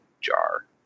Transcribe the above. jar